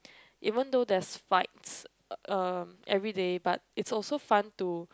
even though there's fights uh everyday but it's also fun to